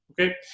Okay